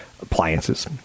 appliances